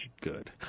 Good